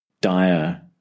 dire